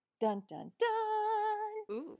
Dun-dun-dun